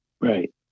Right